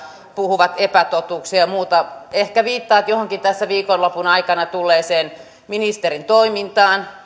puhuvat epätotuuksia ja muuta ehkä viittaat johonkin tässä viikonlopun aikana tulleeseen ministerin toimintaan